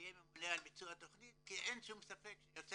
שיהיה ממונה על ביצוע התכנית כי אין שום ספק שיוצא